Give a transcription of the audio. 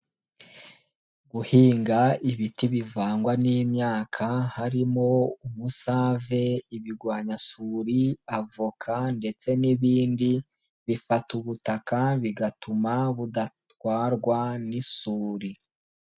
Guhinga ibiti bivangwa n'imyaka harimo umusave, ibigwanyasuri, avoka ndetse n'ibindi bifata ubutaka bigatuma budatwarwa n'isuri.